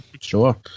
Sure